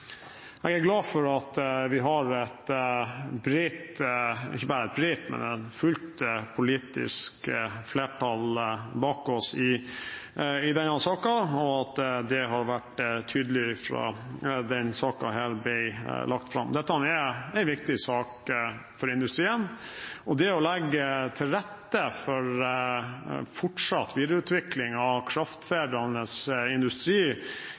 Jeg er glad for at vi har full politisk enighet bak oss i denne saken, og at det har vært tydelig fra denne saken ble lagt fram. Dette er en viktig sak for industrien. Det å legge til rette for fortsatt videreutvikling av kraftforedlende industri